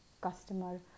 customer